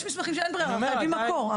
יש מסמכים שאין ברירה וחייבים את המקור,